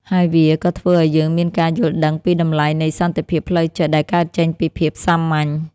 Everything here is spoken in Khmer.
ហើយវាក៏ធ្វើឲ្យយើងមានការយល់ដឹងពីតម្លៃនៃសន្តិភាពផ្លូវចិត្តដែលកើតចេញពីភាពសាមញ្ញ។